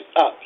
up